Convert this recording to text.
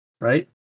right